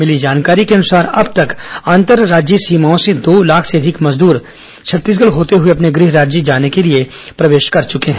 मिली जानकारी के अनुसार अब तक अंतर्राज्यीय सीमाओं से दो लाख से अधिक मजदूर छत्तीसगढ़ होते हुए अपने गृह राज्य जाने के लिए प्रवेश कर चुके हैं